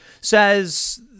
says